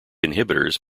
inhibitors